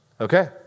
Okay